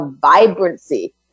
vibrancy